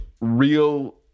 real